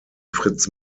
fritz